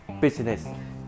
business